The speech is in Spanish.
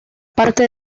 parte